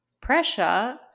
pressure